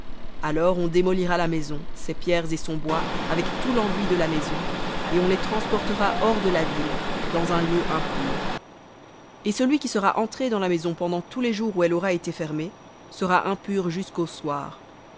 alors on démolira la maison ses pierres et son bois avec tout l'enduit de la maison et on les transportera hors de la ville dans un lieu impur et celui qui sera entré dans la maison pendant tous les jours où elle aura été fermée sera impur jusqu'au soir